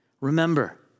Remember